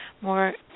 more